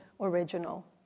original